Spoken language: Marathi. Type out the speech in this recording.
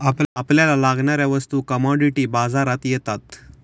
आपल्याला लागणाऱ्या वस्तू कमॉडिटी बाजारातून येतात